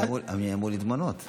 אני אמור להתמנות.